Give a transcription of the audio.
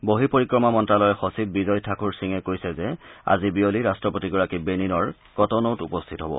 বহিঃ পৰিক্ৰমা মন্তালয়ৰ সচিব বিজয় ঠাকুৰ সিঙে কৈছে যে আজি বিয়লি ৰট্টপতিগৰাকী বেনিনৰ কটনৌত উপস্থিত হ'ব